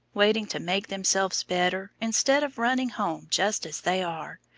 waiting to make themselves better, instead of running home just as they are.